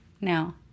Now